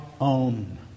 own